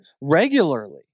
regularly